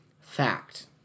Fact